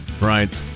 right